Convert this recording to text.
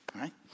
right